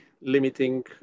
limiting